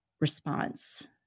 response